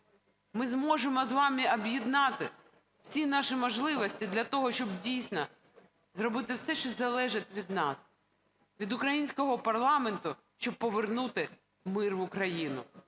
ми зможемо з вами об'єднати всі наші можливості для того, щоб дійсно зробити все, що залежить від нас, від українського парламенту, щоб повернути мир в Україну.